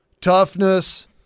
toughness